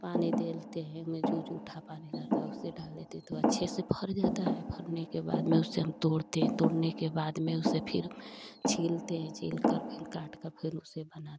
पानी देलते है में जो जूठा पानी लगा उससे डाल लेते हैं तो अच्छे से भर जाता है भरने के बाद में उसे हम तोड़ते है तोड़ने के बाद में उसे फ़िर छीलते हैं छिलकर फ़िर काटकर फ़िर उसे बना देते हैं